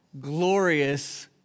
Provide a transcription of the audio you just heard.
glorious